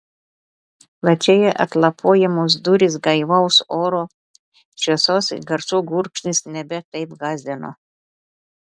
plačiai atlapojamos durys gaivaus oro šviesos ir garsų gurkšnis nebe taip gąsdino